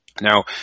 Now